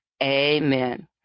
Amen